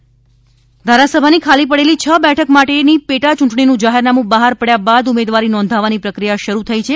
પેટા ચૂંટણી ધારાસભાની ખાલી પડેલી છ બેઠક માટેની પેટાચૂંટણીનું જાહેરનામું બહાર પડ્યા બાદ ઉમેદવારી નોંધાવવાની પ્રક્રિયા શરૂ થઇ છે